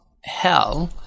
hell